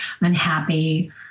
unhappy